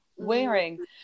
wearing